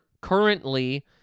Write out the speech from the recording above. currently